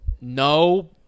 No